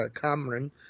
Cameron